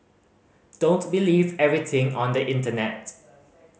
don't believe everything on the internet